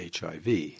HIV